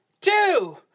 two